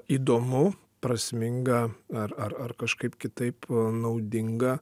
įdomu prasminga ar ar ar kažkaip kitaip naudinga